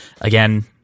Again